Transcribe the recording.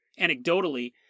anecdotally